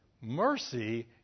Mercy